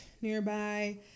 nearby